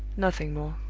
nothing more.